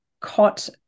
caught